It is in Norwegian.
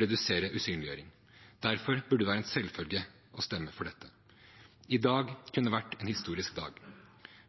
redusere usynliggjøring. Derfor burde det være en selvfølge å stemme for dette. I dag kunne vært en historisk dag,